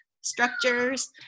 structures